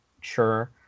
sure